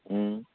હા